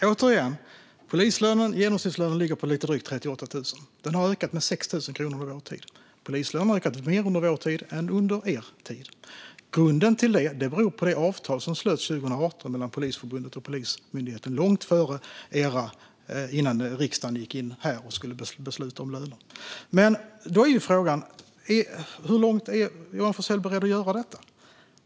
Fru talman! Återigen: Genomsnittslönen för en polis ligger på drygt 38 000. Den har ökat med 6 000 under vår tid. Polislönen har ökat mer under vår tid än under er tid. Grunden till det är det avtal som slöts 2018 mellan Polisförbundet och Polismyndigheten - långt innan riksdagen gick in och skulle besluta om lönerna. Hur långt är Johan Forssell beredd att gå?